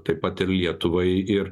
taip pat ir lietuvai ir